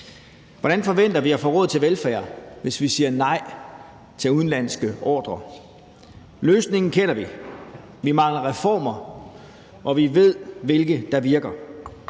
Hvordan forventer vi at få råd til velfærd, hvis vi siger nej til udenlandske ordrer? Løsningen kender vi: Vi mangler reformer, og vi ved, hvilke der virker.